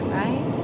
right